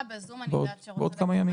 בעוד כמה ימים.